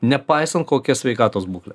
nepaisant kokia sveikatos būklė